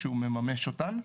כשהוא מממש אותן,